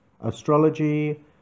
astrology